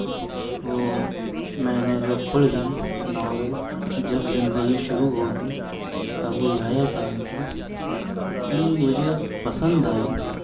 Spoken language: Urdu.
وہ میں نے جو پڑھی ناول جب زندگى شروع ہوگى ابويحىٰ صاحب كى اتنى مجھے پسند آئی کہ